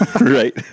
Right